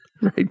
right